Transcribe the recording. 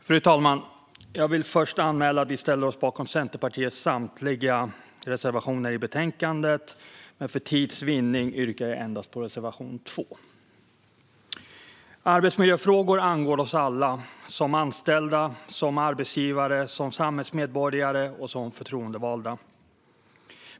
Fru talman! Jag vill först anmäla att vi ställer oss bakom Centerpartiets samtliga reservationer i betänkandet, men för tids vinnande yrkar jag bifall endast till reservation 2. Arbetsmiljöfrågor angår oss alla, som anställda, arbetsgivare, samhällsmedborgare och förtroendevalda.